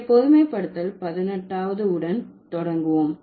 இங்கே பொதுமைப்படுத்தல் 18வது உடன் தொடங்குவோம்